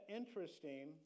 interesting